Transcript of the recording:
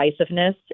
divisiveness